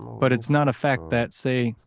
but it's not a fact that, say,